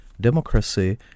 democracy